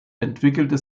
entwickelte